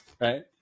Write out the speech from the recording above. right